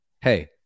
hey